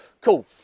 cool